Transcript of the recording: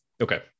Okay